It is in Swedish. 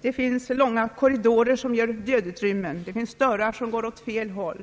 Det finns långa korridorer som utgör dödutrymme, dörrar som går åt fel håll osv. Lägenheten